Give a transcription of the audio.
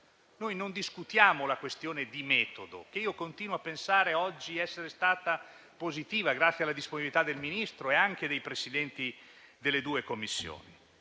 Noi non discutiamo la questione di metodo, che continuo a pensare che oggi sia stata positiva grazie alla disponibilità del Ministro e anche dei Presidenti delle due Commissioni.